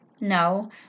No